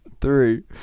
Three